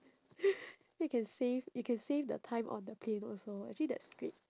you can save you can save the time on the plane also actually that's great